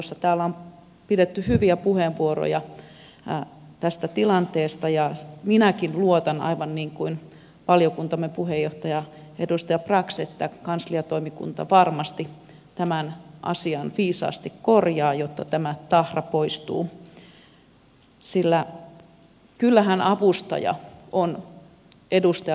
täällä on käytetty hyviä puheenvuoroja tästä tilanteesta ja minäkin luotan aivan niin kuin valiokuntamme puheenjohtaja edustaja brax että kansliatoimikunta varmasti tämän asian viisaasti korjaa jotta tämä tahra poistuu sillä kyllähän avustaja on edustajalle työpari